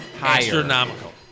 Astronomical